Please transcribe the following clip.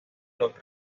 los